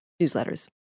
newsletters